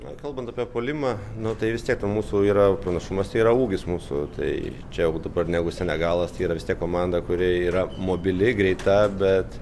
na kalbant apie puolimą nu tai vis tiek ten mūsų yra pranašumas tai yra ūgis mūsų tai čia jeigu dabar negu senegalas tai yra vis tiek komanda kuri yra mobili greita bet